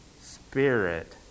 spirit